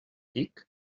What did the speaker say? tic